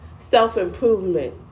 Self-improvement